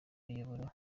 miyoborere